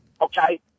okay